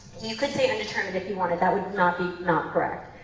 you could say undetermined if you wanted. that would not be not correct.